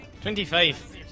Twenty-five